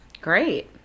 Great